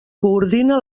coordina